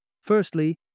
Firstly